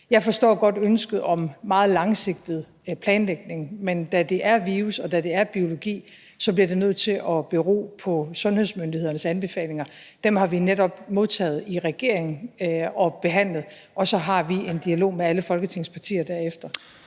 Jeg forstår godt ønsket om meget langsigtet planlægning, men da det er en virus, og da det er biologi, så bliver det nødt til at bero på sundhedsmyndighedernes anbefalinger. Dem har vi jo netop modtaget i regeringen og behandlet, og så har vi en dialog med alle Folketingets partier derefter.